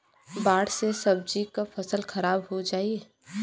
बाढ़ से सब्जी क फसल खराब हो जाई